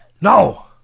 No